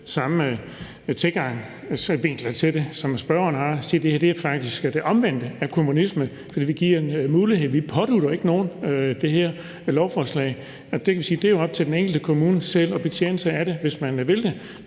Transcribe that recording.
og tilgang til det, som spørgeren har, sige, at det her faktisk er det omvendte af kommunisme, fordi vi giver en mulighed for det. Vi pådutter jo ikke nogen det her lovforslag, og vi kan sige, at det er op til den enkelte kommune selv at betjene sig af det, hvis man vil det.